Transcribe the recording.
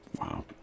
Wow